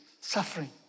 suffering